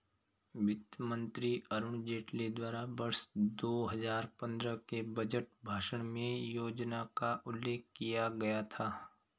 वित्त मंत्री अरुण जेटली द्वारा वर्ष दो हजार पन्द्रह के बजट भाषण में योजना का उल्लेख किया गया था